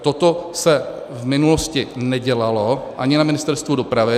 Toto se v minulosti nedělalo, ani na Ministerstvu dopravy.